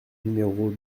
numéros